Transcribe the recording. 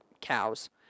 cows